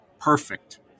perfect